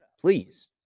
please